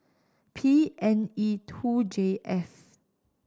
P N E two J F